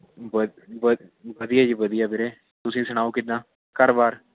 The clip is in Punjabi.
ਵਧੀਆ ਜੀ ਵਧੀਆ ਵੀਰੇ ਤੁਸੀਂ ਸੁਣਾਓ ਕਿੱਦਾਂ ਘਰ ਬਾਰ